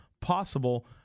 possible